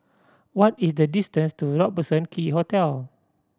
what is the distance to Robertson Quay Hotel